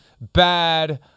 bad